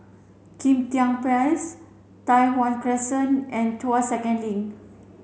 Kim Tian Place Tai Hwan Crescent and Tuas Second Link